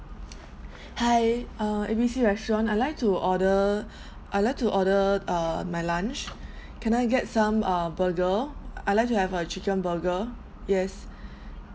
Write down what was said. hi uh A B C restaurant I like to order I like to order uh my lunch can I get some uh burger I like to have a chicken burger yes